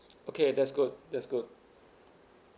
okay that's good that's good